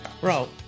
Bro